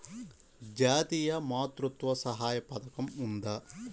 జాతీయ మాతృత్వ సహాయ పథకం ఉందా?